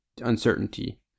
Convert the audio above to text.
uncertainty